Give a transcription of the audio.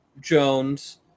Jones